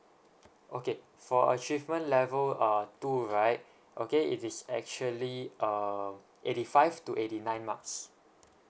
okay for achievement level uh two right okay it is actually uh eighty five to eighty nine marks